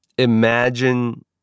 Imagine